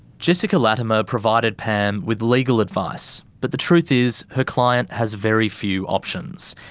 jessica latimer provided pam with legal advice but the truth is her client has very few options.